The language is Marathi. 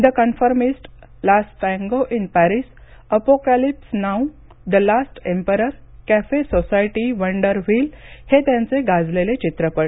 the conformist last tango in Paris apocalypse now the last emperor cafe society wonder wheel हे त्यांचे गाजलेले चित्रपट